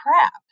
crap